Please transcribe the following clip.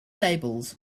labels